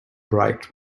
bright